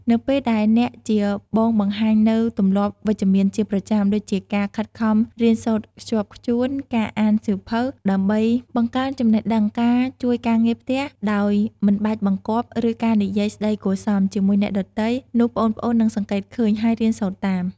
នៅពេលដែលអ្នកជាបងបង្ហាញនូវទម្លាប់វិជ្ជមានជាប្រចាំ ដូចជាការ ខិតខំរៀនសូត្រខ្ជាប់ខ្ជួន ការ អានសៀវភៅ ដើម្បីបង្កើនចំណេះដឹង ការ ជួយការងារផ្ទះ ដោយមិនបាច់បង្គាប់ ឬការ និយាយស្ដីគួរសម ជាមួយអ្នកដទៃ នោះប្អូនៗនឹងសង្កេតឃើញ ហើយរៀនសូត្រតាម ។